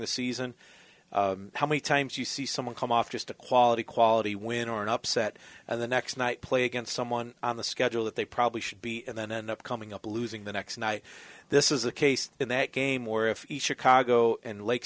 the season how many times you see someone come off just a quality quality win or an upset and the next night play against someone on the schedule that they probably should be and then end up coming up losing the next night this is a case in that game or if each akad go in lake